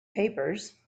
papers